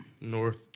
North